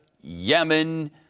Yemen